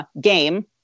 game